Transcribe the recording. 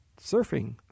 surfing